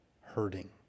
hurting